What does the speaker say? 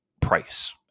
price